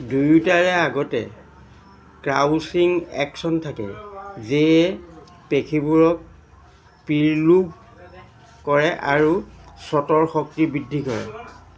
দুয়োটাৰে আগতে crouching action থাকে যিয়ে পেশীবোৰক প্ৰিলোড কৰে আৰু শ্বটৰ শক্তি বৃদ্ধি কৰে